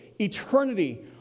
eternity